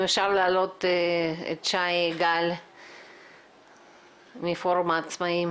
אם אפשר להעלות את שי גל מפורום העצמאים.